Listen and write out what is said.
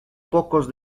pocos